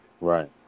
Right